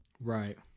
right